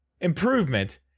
improvement